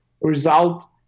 result